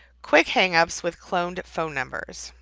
quick hang-ups with cloned phone numbers.